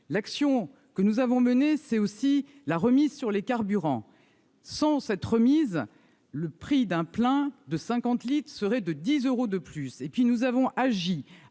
L'action que nous avons menée, c'est aussi la remise sur les carburants. Sans cette remise, le prix d'un plein de 50 litres serait plus cher de 10 euros. Et nous avons agi